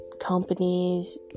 companies